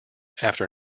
after